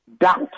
doubt